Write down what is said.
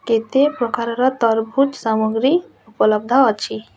କେତେ ପ୍ରକାରର ତରଭୁଜ ସାମଗ୍ରୀ ଉପଲବ୍ଧ ଅଛି